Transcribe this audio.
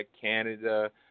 Canada